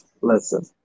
Listen